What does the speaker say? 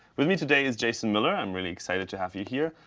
with me today is jason miller. i'm really excited to have you here.